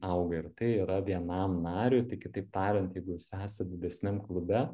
auga ir tai yra vienam nariui kitaip tariant jeigu esat didesniam klube